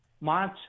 March